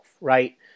right